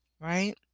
right